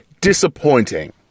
Disappointing